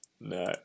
no